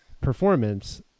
performance